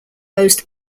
most